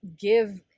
give